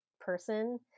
person